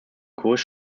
kurs